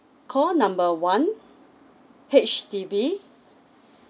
call number one H_D_B